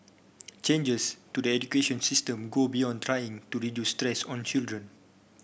changes to the education system go beyond trying to reduce stress on children